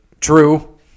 True